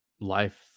life